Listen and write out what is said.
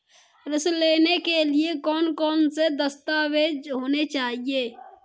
ऋण लेने के लिए कौन कौन से दस्तावेज होने चाहिए?